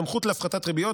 סמכות להפחתת ריביות,